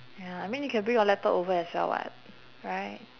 ya I mean you can bring your laptop over as well [what] right